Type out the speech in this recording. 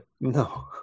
No